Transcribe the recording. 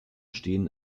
stehen